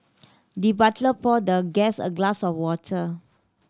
the butler poured the guest a glass of water